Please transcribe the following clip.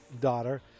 daughter